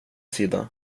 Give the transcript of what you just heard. sida